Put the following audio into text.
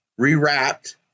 rewrapped